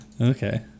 Okay